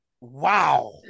Wow